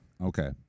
Okay